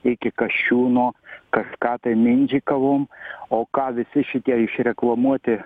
iki kasčiūno kažką tai mindžikavom o ką visi šitie išreklamuoti